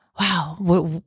wow